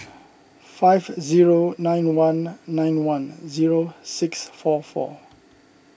five zero nine one nine one zero six four four